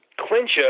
clincher